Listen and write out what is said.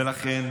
ולכן,